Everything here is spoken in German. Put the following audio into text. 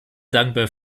dankbar